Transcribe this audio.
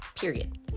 Period